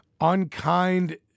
unkind